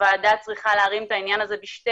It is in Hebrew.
הוועדה צריכה להרים את הרעיון הזה בשתי